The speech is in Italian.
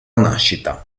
nascita